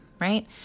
right